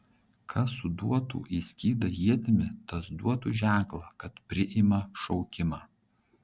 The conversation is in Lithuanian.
kas suduotų į skydą ietimi tas duotų ženklą kad priima šaukimą